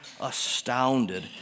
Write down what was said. astounded